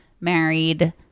married